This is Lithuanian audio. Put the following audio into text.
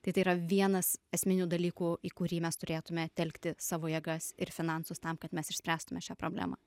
tai tai yra vienas esminių dalykų į kurį mes turėtume telkti savo jėgas ir finansus tam kad mes išspręstume šią problemą